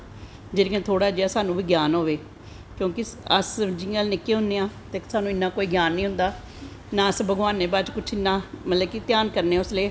जेह्ड़ियां थोह्ड़ा जेहा साह्नू बी ग्यान होए क्योंकि जियां अस निक्के होनें आं ते साह्नू कोई ग्यान नी होंदा नां मतलव कि भगवान पास्सै इन्ना ध्यान करनें उसलै